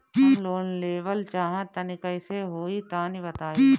हम लोन लेवल चाह तनि कइसे होई तानि बताईं?